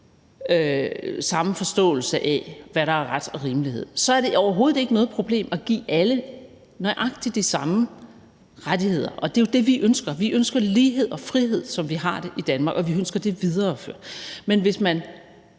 samme forståelse af, hvad der er ret og rimelighed, så er det overhovedet ikke noget problem at give alle nøjagtig de samme rettigheder, og det er jo det, vi ønsker. Vi ønsker lighed og frihed, som vi har det i Danmark, og vi ønsker det videreført. Men hvis man